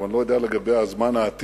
אבל אני לא יודע לגבי הזמן העתיק.